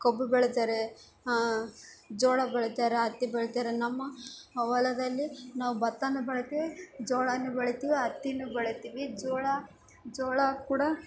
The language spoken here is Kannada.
ಕಬ್ಬು ಬೆಳಿತರೆ ಜೋಳ ಬೆಳೆತಾರ ಹತ್ತಿ ಬೆಳೆತಾರ ನಮ್ಮ ಹೊಲದಲ್ಲಿ ನಾವು ಬತ್ತಾ ಬೆಳಿತೀವಿ ಜೋಳ ಬೆಳಿತೀವಿ ಹತ್ತಿನು ಬೆಳಿತೀವಿ ಜೋಳ ಜೋಳ ಕೂಡ